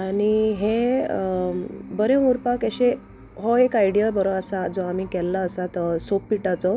आनी हें बरें उरपाक एशें हो एक आयडिया बरो आसा जो आमी केल्लो आसा तो सोक पिटाचो